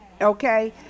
okay